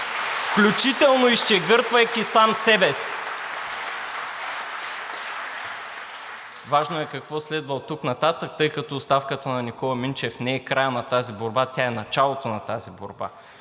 включително изчегъртвайки сам себе си. Важно е какво следва оттук нататък, тъй като оставката на Никола Минчев не е краят на тази борба, тя е началото на тази борба